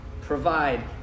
provide